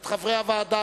את חברי הוועדה,